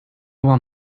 will